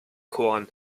korn